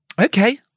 Okay